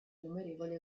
innumerevoli